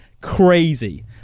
crazy